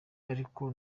ariko